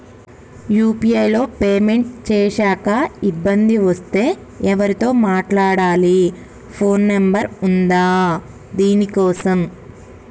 UPI లో payment చేశాక ఇబ్బంది వస్తే ఎవరితో మాట్లాడాలి? ఫోన్ నంబర్ ఉందా దీనికోసం?